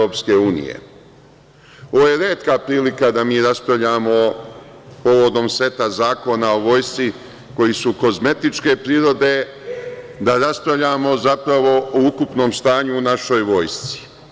Ovo je retka prilika da mi raspravljamo povodom seta zakona o Vojsci koji su kozmetičke prirode, da raspravljamo zapravo o ukupnom stanju u našoj vojsci.